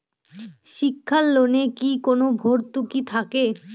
শিক্ষার লোনে কি কোনো ভরতুকি থাকে?